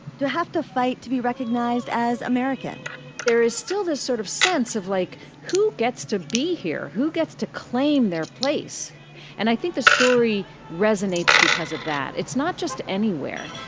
to have to fight to be recognized as american there is still this sort of sense of like who gets to be here, who gets to claim their place and i think the story resonates because of that. it's not just anywhere.